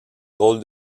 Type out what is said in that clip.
drôle